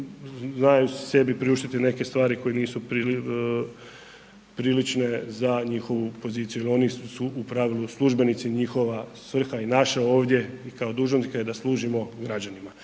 znaju sebi priuštiti neke stvari koje nisu prilične za njihovu poziciju jer oni su u pravilu službenici, njihova svrha i naša ovdje i kao dužnosnika je da služimo građanima